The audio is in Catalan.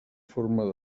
forma